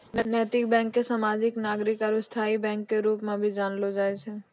नैतिक बैंक के सामाजिक नागरिक आरू स्थायी बैंक के रूप मे भी जानलो जाय छै